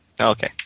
Okay